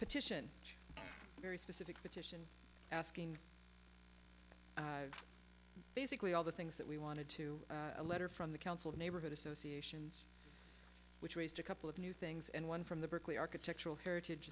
petition which very specific petition asking basically all the things that we wanted to a letter from the council the neighborhood associations which raised a couple of new things and one from the berkeley architectural heritage